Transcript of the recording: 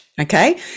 okay